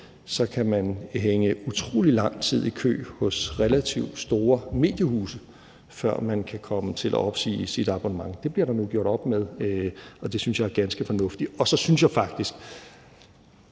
så kan man hænge utrolig lang tid i kø hos relativt store mediehuse, før man kan komme til at opsige sit abonnement. Det bliver der nu gjort op med, og det synes jeg er ganske fornuftigt. Tekniske